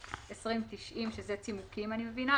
08062090 שזה צימוקים אני מבינה.